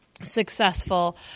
successful